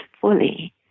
fully